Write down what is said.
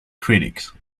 critics